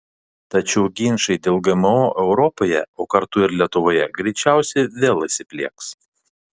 tačiau ginčai dėl gmo europoje o kartu ir lietuvoje greičiausiai vėl įsiplieks